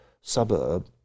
suburb